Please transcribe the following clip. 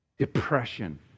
Depression